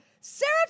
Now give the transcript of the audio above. Sarah